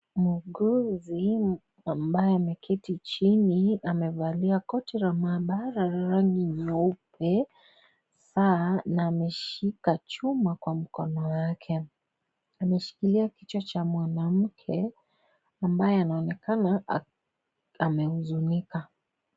Muuguzi ambaye ameketi chini amevalia koti la maabara la rangi nyeupe saa na ameshika chuma kwa mkono wake, ameshikilia kichwa cha mwanamke ambaye anaonekana amehuzunika.